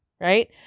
Right